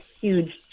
huge